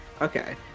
Okay